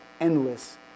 endless